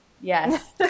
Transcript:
yes